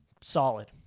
Solid